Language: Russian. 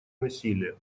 насилие